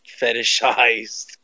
fetishized